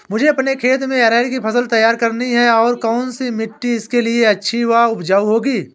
मुझे अपने खेत में अरहर की फसल तैयार करनी है और कौन सी मिट्टी इसके लिए अच्छी व उपजाऊ होगी?